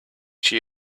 she